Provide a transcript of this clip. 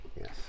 yes